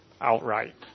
outright